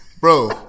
bro